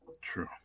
True